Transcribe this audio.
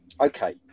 Okay